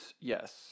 yes